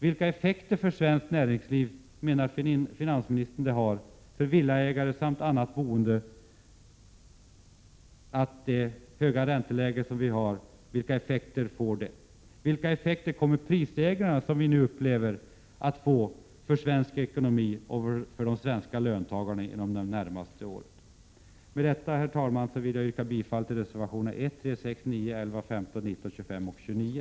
Vilka effekter för svenskt näringsliv, villaägare samt andra boendekategorier kommer det höga ränteläget att få? 3. Vilka effekter kommer de prisstegringar som vi nu upplever att få för svensk ekonomi och för de svenska löntagarna under de närmaste åren? Med detta, herr talman, yrkar jag bifall till reservationerna 1, 3, 6, 9, 11, 15,19;:25 och 29.